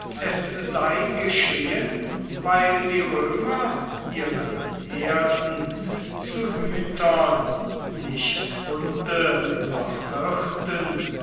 es sei geschehen weil die römer ihren herden zu hütern nicht hunde noch hirten